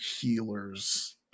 healers